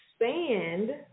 expand